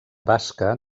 basca